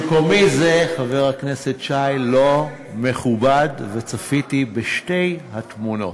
לא תתערבי מתי שאת רוצה.